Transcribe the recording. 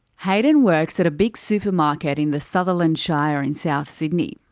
hayden works at a big supermarket in the sutherland shire in south sydney.